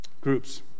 groups